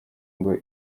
ngo